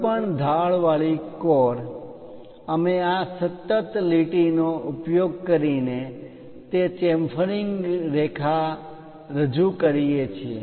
કોઈપણ ઢાળવાળી કોર ચેમ્ફર્સ અમે આ સતત લીટીનો ઉપયોગ કરીને તે ચેમ્ફરિંગ રેખા રજૂ કરીએ છીએ